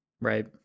Right